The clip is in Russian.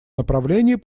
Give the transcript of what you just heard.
направлении